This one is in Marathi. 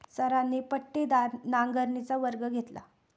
सरांनी पट्टीदार नांगरणीचा वर्ग घेतला